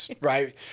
right